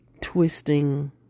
twisting